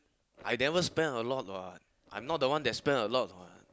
I never spend a lot what I'm not the one that spend a lot what